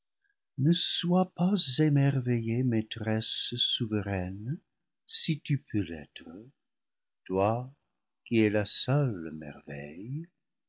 ne sois pas émerveillée maîtresse souveraine si tu peux l'être toi qui es la seule merveille